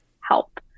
help